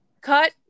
Cut